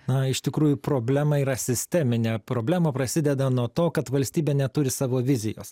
na iš tikrųjų problema yra sisteminė problema prasideda nuo to kad valstybė neturi savo vizijos